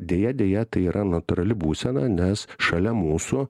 deja deja tai yra natūrali būsena nes šalia mūsų